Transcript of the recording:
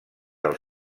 del